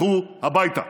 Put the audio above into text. לכו הביתה.